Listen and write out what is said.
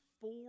four